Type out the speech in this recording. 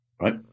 right